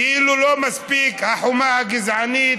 כאילו לא מספיקה החומה הגזענית,